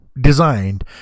designed